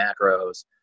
macros